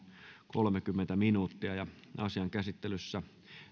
kolmekymmentä minuuttia asian käsittelyssä